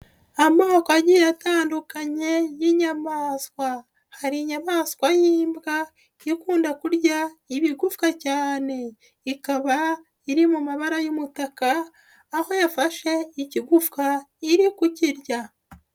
Amoko agiye atandukanye y'inyamaswa. Hari inyamaswa y'imbwa ikunda kurya ibigufwa cyane. Ikaba iri mu mabara y'umutaka, aho yafashe ikigufwa iri kukirya.